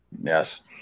Yes